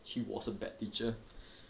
he was a bad teacher